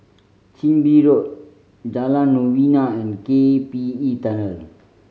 Chin Bee Road Jalan Novena and K P E Tunnel